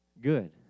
good